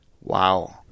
wow